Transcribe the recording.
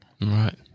right